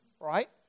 Right